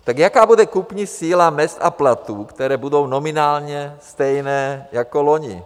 Tak jaká bude kupní síla mezd a platů, které budou nominálně stejné jako loni?